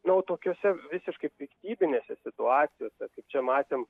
na o tokiose visiškai piktybinėse situacijose kaip čia matėm